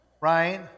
Right